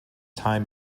time